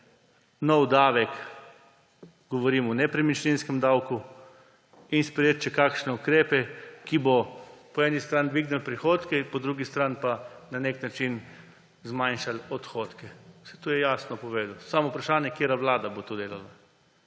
nov davek, govorim o nepremičninskem davku, in sprejeti še kakšne ukrepe, ki bodo na eni strani dvignili prihodke, po drugi strani pa na neki način zmanjšali odhodke. Saj to je jasno povedal, samo vprašanje je, katera vlada bo to delala.